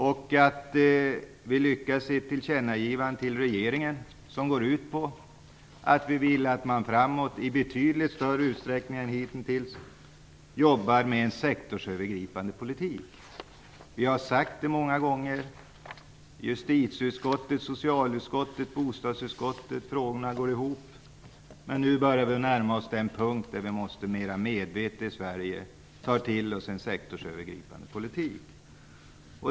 Vi har lyckats få ett tillkännagivande till regeringen som går ut på att vi vill att man framgent i betydligt större utsträckning än hittills jobbar med sektorsövergripande politik. Vi har sagt det många gånger. Frågorna i justitie-, social och bostadsutskottet går in i varandra. Nu börjar vi närma oss den punkt då vi mera medvetet i Sverige måste ta till oss en sektorsövergripande politik.